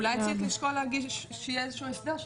אולי צריך לשקול להגיד שיהיה איזשהו הסדר,